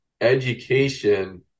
education